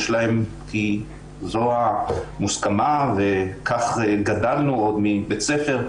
כי זו המוסכמה וכך גדלנו עוד מבית הספר,